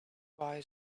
buy